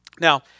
Now